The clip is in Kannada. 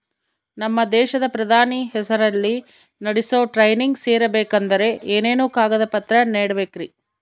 ನಮ್ಮ ದೇಶದ ಪ್ರಧಾನಿ ಹೆಸರಲ್ಲಿ ನಡೆಸೋ ಟ್ರೈನಿಂಗ್ ಸೇರಬೇಕಂದರೆ ಏನೇನು ಕಾಗದ ಪತ್ರ ನೇಡಬೇಕ್ರಿ?